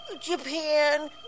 Japan